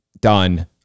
done